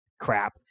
crap